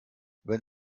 wenn